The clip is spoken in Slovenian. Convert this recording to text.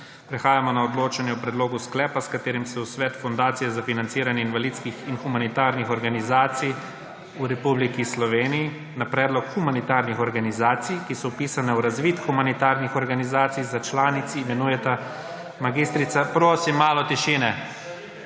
Prehajamo na odločanje o Predlogu sklepa, s katerim se v Svet Fundacije za financiranje invalidskih in humanitarnih organizacij v Republiki Sloveniji na predlog humanitarnih organizacij, ki so vpisane v razvid humanitarnih organizacij, za članici imenujeta mag. Nataša Jan in